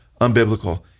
unbiblical